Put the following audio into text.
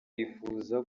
yifuza